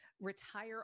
retire